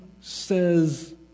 says